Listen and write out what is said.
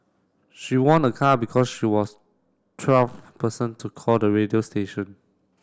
she won a car because she was twelve person to call the radio station